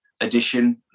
edition